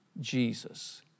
Jesus